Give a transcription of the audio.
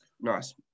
Nice